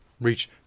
reach